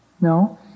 No